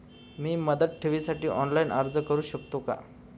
मी मुदत ठेवीसाठी ऑनलाइन अर्ज करू शकतो का?